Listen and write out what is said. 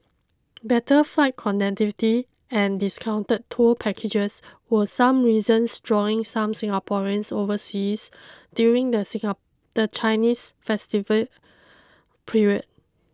better flight connectivity and discounted tour packages were some reasons drawing some Singaporeans overseas during the the Chinese festival period